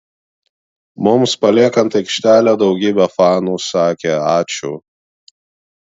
mums paliekant aikštelę daugybė fanų sakė ačiū